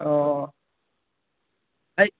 অঁ এই